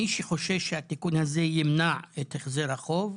מי שחושש שהתיקון הזה ימנע את החזר החוב,